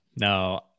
No